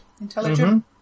intelligent